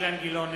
(קורא בשמות חברי הכנסת) אילן גילאון,